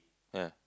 ya